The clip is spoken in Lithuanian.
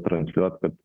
transliuot kad